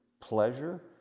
pleasure